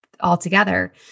altogether